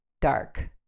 dark